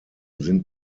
sind